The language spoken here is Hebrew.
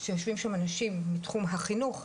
שיושבים שם אנשים מתחום החינוך,